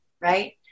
right